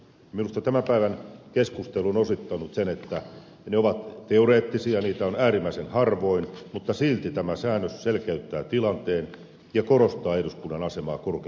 minusta tämän päivän keskustelu on osoittanut sen että ne ovat teoreettisia niitä on äärimmäisen harvoin mutta silti tämä säännös selkeyttää tilanteen ja korostaa eduskunnan asemaa korkeimpana valtioelimenä